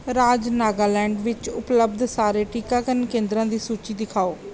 ਰਾਜ ਨਾਗਾਲੈਂਡ ਵਿੱਚ ਉਪਲੱਬਧ ਸਾਰੇ ਟੀਕਾਕਰਨ ਕੇਂਦਰਾਂ ਦੀ ਸੂਚੀ ਦਿਖਾਓ